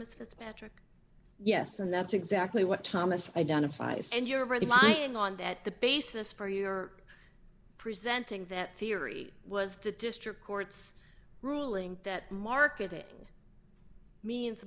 mr fitzpatrick yes and that's exactly what thomas identifies and your brother lying on that the basis for your presenting that theory was the district court's ruling that marketing means